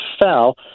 fell